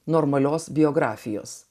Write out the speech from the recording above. normalios biografijos